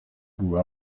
grew